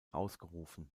ausgerufen